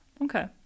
Okay